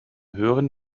höheren